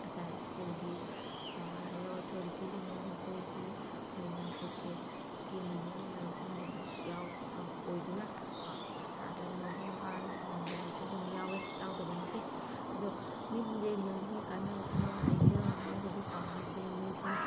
ꯍꯥꯏꯇꯥꯔꯦ ꯁ꯭ꯀꯨꯜꯒꯤ ꯍꯥꯏꯌꯔ ꯑꯣꯊꯣꯔꯤꯇꯤꯁꯤꯡꯅ ꯃꯈꯣꯏꯒꯤ ꯑꯣꯏꯅ ꯄꯣꯛꯀꯦꯠꯀꯤ ꯃꯅꯤ ꯑꯣꯏꯅ ꯂꯧꯁꯟꯈꯤꯕꯗꯤ ꯑꯣꯏꯗꯨꯅ ꯀꯣ ꯁꯥꯠꯇ꯭ꯔꯗ ꯃꯄꯨꯡ ꯐꯥꯅ ꯐꯪꯍꯟꯗꯕꯁꯨ ꯑꯗꯨꯝ ꯌꯥꯎꯏ ꯌꯥꯎꯗꯕ ꯅꯠꯇꯦ ꯑꯗꯣ ꯃꯤꯠ ꯗꯦ ꯃꯤꯜꯒꯤ ꯀꯥꯟꯅꯕ ꯈꯔ ꯍꯥꯏꯖꯧ ꯍꯥꯏꯔꯒꯗꯤ ꯀꯣ ꯃꯤꯠ ꯗꯦ ꯃꯤꯜꯁꯤꯅ